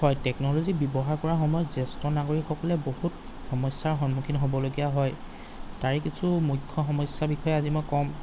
হয় টেকন'লজি ব্যৱহাৰ কৰাৰ সময়ত জ্যেষ্ঠ নাগৰিকসকলে বহুত সমস্যাৰ সন্মুখীন হ'বলগীয়া হয় তাৰে কিছু মুখ্য সমস্যাৰ বিষয়ে আজি মই ক'ম